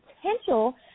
potential